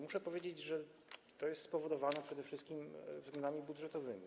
Muszę powiedzieć, że to jest spowodowane przede wszystkim względami budżetowymi.